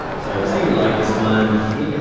so say you like this one here. yeah